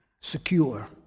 secure